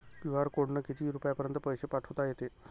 QR कोडनं किती रुपयापर्यंत पैसे पाठोता येते?